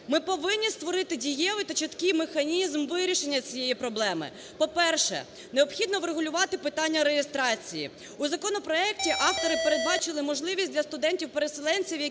Ми повинні створити дієвий та чіткий механізм вирішення цієї проблеми. По-перше, необхідно врегулювати питання реєстрації. У законопроекті автори передбачили можливість для студентів-переселенців,